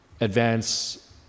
advance